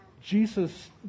Jesus